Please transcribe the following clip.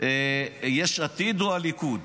יש עתיד או הליכוד.